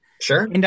Sure